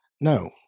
no